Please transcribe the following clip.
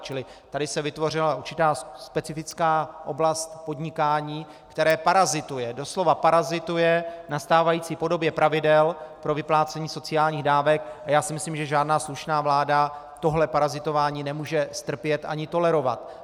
Čili tady se vytvořila určitá specifická oblast podnikání, které parazituje, doslova parazituje na stávající podobě pravidel pro vyplácení sociálních dávek, a já myslím, že žádná slušná vláda tohle parazitování nemůže strpět ani tolerovat.